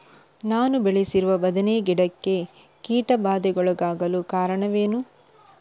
ನಾನು ಬೆಳೆಸಿರುವ ಬದನೆ ಗಿಡಕ್ಕೆ ಕೀಟಬಾಧೆಗೊಳಗಾಗಲು ಕಾರಣವೇನು?